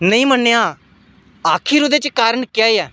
नेईं मनेआ आखर ओह्दे च कारण केह् ऐ